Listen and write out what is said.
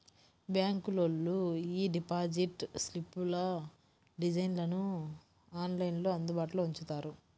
బ్యాంకులోళ్ళు యీ డిపాజిట్ స్లిప్పుల డిజైన్లను ఆన్లైన్లో అందుబాటులో ఉంచుతారు